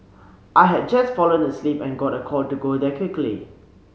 I had just fallen asleep and got a call to go there quickly